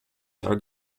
are